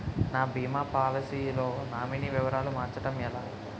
నా భీమా పోలసీ లో నామినీ వివరాలు మార్చటం ఎలా?